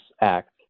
Act